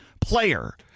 player